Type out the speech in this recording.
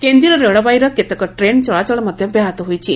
କେନ୍ଦୀୟ ରେଳବାଇର କେତେକ ଟେନ ଚଳାଚଳ ମଧ୍ୟ ବ୍ୟାହତ ହୋଇଛି